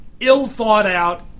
ill-thought-out